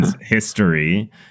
history